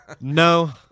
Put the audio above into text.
No